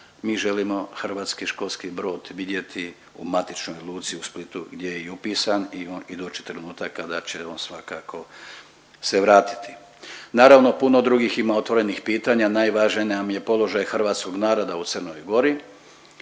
mi želimo hrvatski školski brod vidjeti u matičnoj luci u Splitu gdje je i upisan i on i doći će trenutak kada će on svakako se vratiti. Naravno puno drugih ima otvorenih pitanja, najvažniji nam je položaj hrvatskog naroda u Crnoj Gori